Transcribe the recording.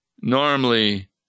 Normally